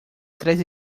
tres